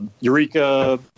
Eureka